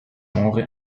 genre